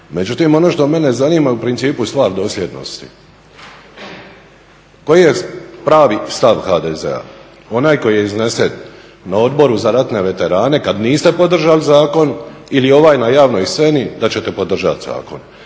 Međutim, ono što mene zanima u principu je stvar dosljednosti. Koji je pravi stav HDZ-a, onaj koji je iznesen na Odboru za ratne veterane kad niste podržali zakon ili ovaj na javnoj sceni da ćete podržat zakon?